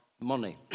money